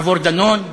עבור דנון?